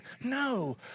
No